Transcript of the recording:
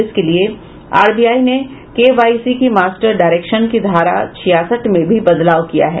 इसके लिए आरबीआई ने केवाईसी की मास्टर डायरेक्शन की धारा छियासठ में भी बदलाव किया है